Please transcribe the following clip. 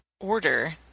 order